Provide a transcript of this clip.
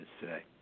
today